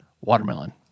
watermelon